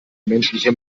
menschliche